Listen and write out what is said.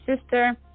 sister